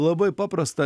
labai paprasta